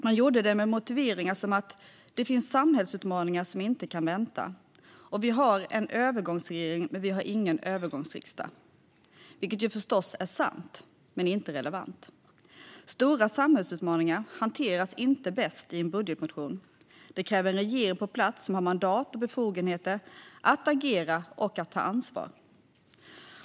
Man gjorde det med motiveringar som "det finns samhällsutmaningar som inte kan vänta" och "vi har en övergångsregering, men vi har inte en övergångsriksdag", vilket förstås är sant men inte relevant. Stora samhällsutmaningar hanteras inte bäst i en budgetmotion. De kräver en regering på plats som har mandat och befogenheter att agera och att ta ansvar.